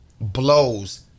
blows